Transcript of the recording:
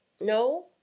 No